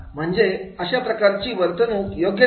म्हणजे अशा प्रकारची वर्तणूक योग्य नाही